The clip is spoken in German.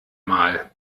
mal